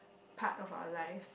part of our lives